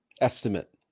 estimate